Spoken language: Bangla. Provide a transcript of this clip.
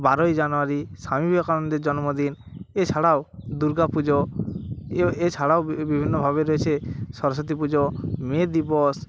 বারোই জানুয়ারি স্বামী বিবেকানন্দের জন্মদিন এছাড়াও দুর্গা পুজো এও এছাড়াও বিভিন্নভাবে রয়েছে সরস্বতী পুজো মে দিবস